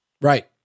Right